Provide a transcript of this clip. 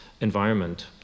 environment